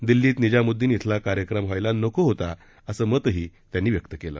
दिल्लीत निजामुद्दीन इथला कार्यक्रम व्हायला नको होता असं मतंही त्यांनी व्यक्त केलं